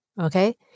Okay